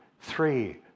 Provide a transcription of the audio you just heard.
three